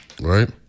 right